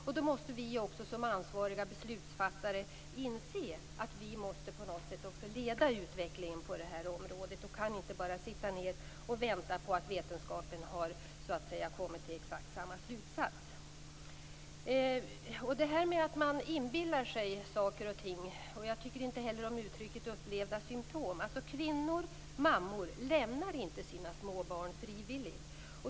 Och då måste vi som ansvariga beslutsfattare inse att vi på något sätt måste leda utvecklingen på det här området. Vi kan inte bara sitta ned och vänta på att vetenskapen har kommit till exakt samma slutsats. Så till det här med att man inbillar sig saker och ting. Jag tycker inte heller om uttrycket upplevda symtom. Kvinnor, mammor, lämnar inte sina småbarn frivilligt.